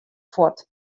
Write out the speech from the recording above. fuort